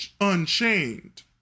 Unchained